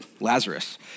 Lazarus